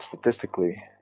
statistically